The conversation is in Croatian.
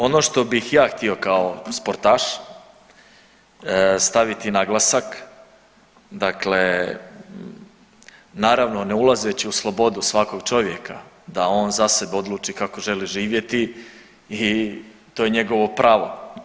Ono što bih ja htio kao sportaš staviti naglasak, dakle naravno ne ulazeći u slobodu svakog čovjeka da on za sebe odluči kako želi živjeti i to je njegovo pravo.